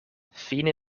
fine